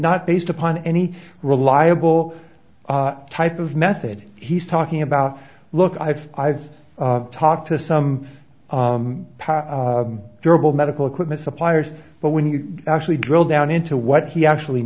not based upon any reliable type of method he's talking about look i've i've talked to some power durable medical equipment suppliers but when you actually drill down into what he actually